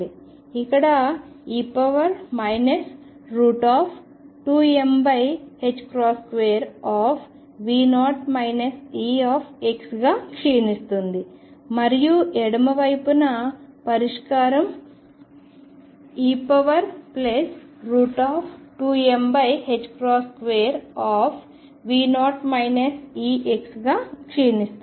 ఇక్కడ e 2m2V0 Ex గా క్షీణిస్తుంది మరియు ఎడమ వైపున పరిష్కారం e2m2V0 Ex గా క్షీణిస్తుంది